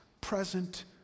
present